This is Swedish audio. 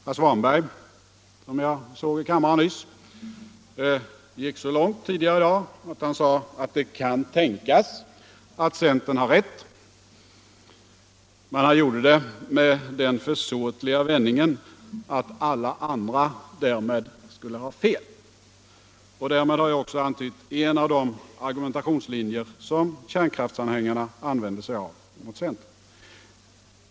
Herr Svanberg, som jag såg i kammaren nyss, gick så långt tidigare i dag att han sade att det kan tänkas att centern har rätt. Men han gjorde det med den försåtliga vändningen att alla andra därmed skulle ha fel. Därmed har jag också antytt en av de argumentationslinjer som kärnkraftsanhängarna använder sig av mot centern.